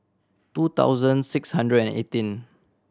two thousand six hundred and eighteen